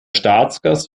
staatsgast